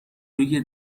روی